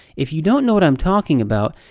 if you don't know what i'm talking about,